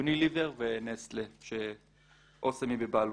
יוניליוור ונסטלה שאסם היא בבעלותה.